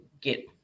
get